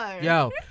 Yo